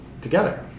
together